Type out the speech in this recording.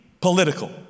political